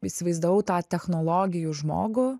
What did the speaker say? įsivaizdavau tą technologijų žmogų